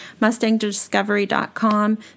mustangdiscovery.com